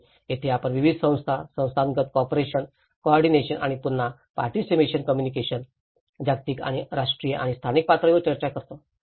आणि येथे आपण विविध संस्था संस्थागत कोपरेशन कोऑर्डिनेशन आणि पुन्हा पार्टीसिपेशन कम्युनिकेशन जागतिक आणि राष्ट्रीय आणि स्थानिक पातळीवर चर्चा करतो